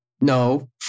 no